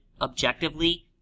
objectively